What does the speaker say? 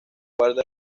guarda